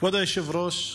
כבוד היושב-ראש,